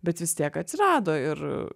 bet vis tiek atsirado ir